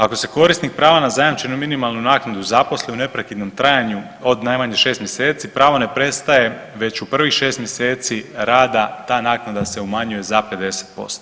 Ako se korisnik prava na zajamčenu minimalnu naknadu zaposli u neprekidnom trajanju od najmanje 6 mjeseci pravo ne prestaje već u prvih 6 mjeseci rada ta naknada se umanjuje za 50%